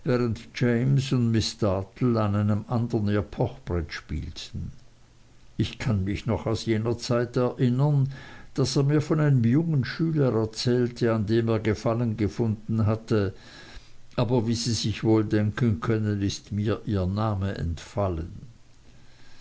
an einem andern ihr pochbrett spielten ich kann mich noch aus jener zeit erinnern daß er mir von einem jungen schüler erzählte an dem er gefallen gefunden hatte aber wie sie sich wohl denken können ist mir ihr name entfallen